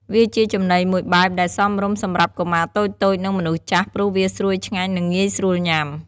វាជាចំណីមួយបែបដែលសមរម្យសម្រាប់កុមារតូចៗ និងមនុស្សចាស់ ព្រោះវាស្រួយឆ្ងាញ់ និងងាយស្រួលញុំា។